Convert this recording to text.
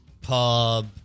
pub